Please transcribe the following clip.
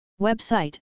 Website